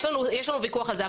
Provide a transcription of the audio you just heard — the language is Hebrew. יש לנו ויכוח על זה.